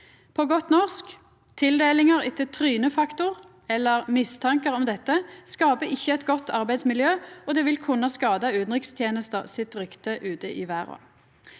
På godt norsk: Tildelingar etter trynefaktor, eller mistankar om dette, skaper ikkje eit godt arbeidsmiljø, og det vil kunna skada ryktet utanrikstenesta har ute i verda.